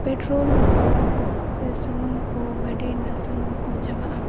petrol ᱠᱚ ᱥᱮ ᱥᱩᱱᱩᱢ ᱠᱚ ᱜᱟᱹᱰᱤ ᱨᱮᱱᱟᱜ ᱥᱩᱱᱩᱢ ᱠᱚ ᱪᱟᱵᱟᱜᱼᱟ